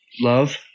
love